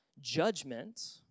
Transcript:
judgment—